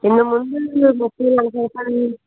ఇంతకు ముందూ ముప్ఫై నలభై రూపాయలు